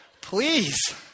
please